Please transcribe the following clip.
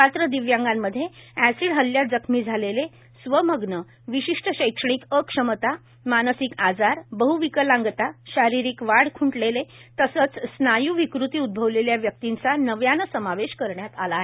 पात्र दिव्यांगांमध्ये ऍसिड हल्ल्यात जखमी झालेले स्वमग्न विशिष्ट शैक्षणिक अक्षमता मानसिक आजार बहविकलांगता शारीरिक वाढ खूंटलेले तसेच स्नायू विकृती उदभवलेल्या व्यक्तींचा नव्याने समावेश करण्यात आला आहे